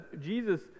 Jesus